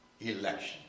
election